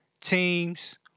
teams